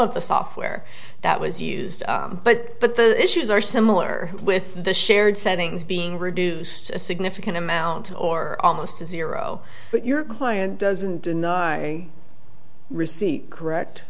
of the software that was used but but the issues are similar with the shared settings being reduced a significant amount or almost to zero but your client doesn't receive correct